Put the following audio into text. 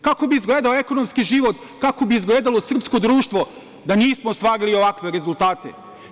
Kako bi izgledao ekonomski život, kako bi izgledalo srpskog društvo da nismo ostvarili ovakve rezultate?